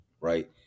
right